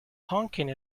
honking